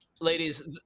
ladies